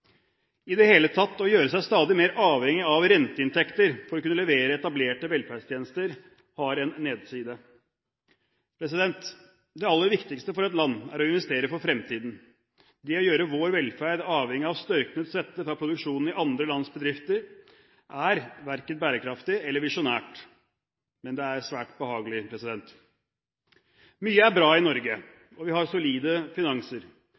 I det hele tatt: Det å gjøre seg stadig mer avhengig av renteinntekter for å kunne levere etablerte velferdstjenester har en nedside. Det aller viktigste for et land er å investere for fremtiden. Det å gjøre vår velferd avhengig av størknet svette fra produksjonen i andre lands bedrifter er verken bærekraftig eller visjonært, men det er svært behagelig. Mye er bra i Norge, og vi har solide finanser.